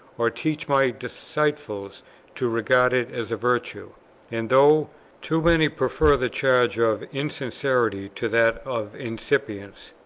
or teach my disciples to regard it as a virtue and, though too many prefer the charge of insincerity to that of insipience,